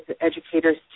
educators